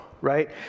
right